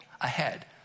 ahead